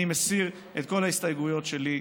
אני מסיר את כל ההסתייגויות שלי,